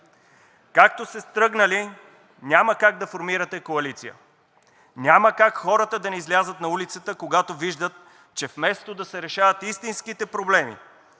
Както сте тръгнали, няма как да формирате коалиция. Няма как хората да не излязат на улицата, когато виждат, че вместо да се решават истинските проблеми